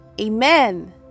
amen